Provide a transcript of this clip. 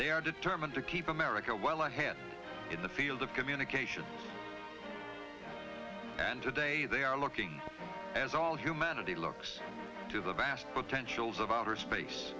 they are determined to keep america well ahead in the field of communication and today they are looking as all of humanity looks to the vast potentials of outer space